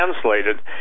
translated